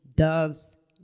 doves